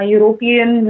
European